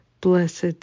blessed